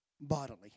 bodily